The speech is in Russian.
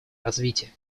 развития